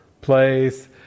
place